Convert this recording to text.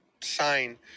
sign